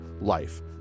Life